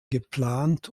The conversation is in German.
geplant